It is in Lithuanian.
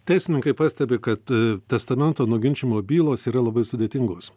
teisininkai pastebi kad a testamento nuginčijimo bylos yra labai sudėtingos